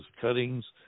cuttings